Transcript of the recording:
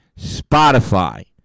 Spotify